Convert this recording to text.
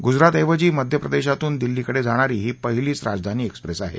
गुजराथऐवजी मध्य प्रदेशातून दिल्लीकडे जाणारी ही पहिलीच राजधानी एक्सप्रेस आहे